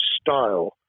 style